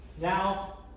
Now